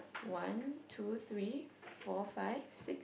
one two three four five six